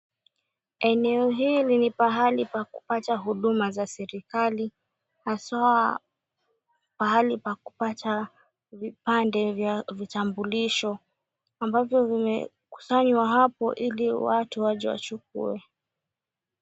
Eneo hili ni pahali pa kupata huduma za serikali haswa pahali pa kupata vipande vya vitambulisho ambavyo vimekusanywa hapo ili watu waje wachukue.